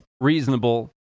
reasonable